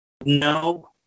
No